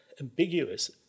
ambiguous